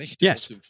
yes